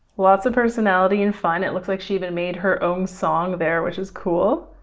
lots of personality and fun. it looks like she even made her own song there, which is cool.